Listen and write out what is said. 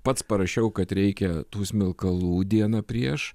pats parašiau kad reikia tų smilkalų dieną prieš